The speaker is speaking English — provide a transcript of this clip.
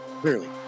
clearly